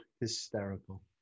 hysterical